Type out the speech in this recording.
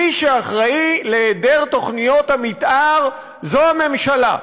מי שאחראי להיעדר תוכניות המתאר זה הממשלה,